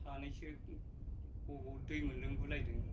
सानैसो गब' दै मोनलोंगु लायदों